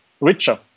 richer